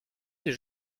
des